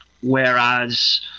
whereas